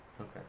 Okay